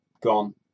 Gone